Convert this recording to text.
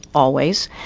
always,